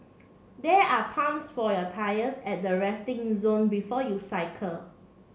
there are pumps for your tyres at the resting zone before you cycle